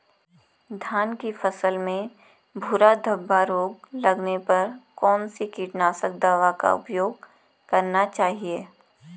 धान की फसल में भूरा धब्बा रोग लगने पर कौन सी कीटनाशक दवा का उपयोग करना चाहिए?